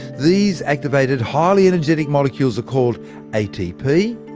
these activated highly energetic molecules are called atp,